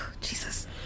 Jesus